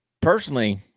Personally